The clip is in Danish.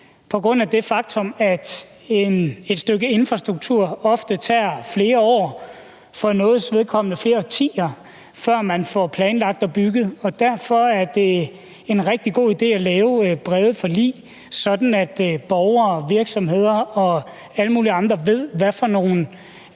på grund af det faktum, at det ofte tager flere år og nogle gange flere årtier, før man får planlagt og bygget et stykke infrastruktur, og derfor er det en rigtig god idé at lave brede forlig, sådan at borgere, virksomheder og alle mulige andre ved, hvad for nogle